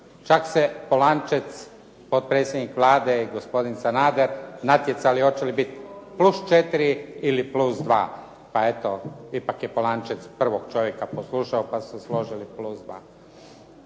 Čak se Polančec, potpredsjednik Vlade i gospodin Sanader natjecali hoće li biti +4 ili +2. Pa eto, ipak je Polančec prvog čovjeka poslušao pa su se složili +2.